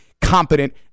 competent